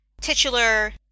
titular